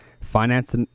finance